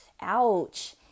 Ouch